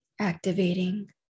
Activating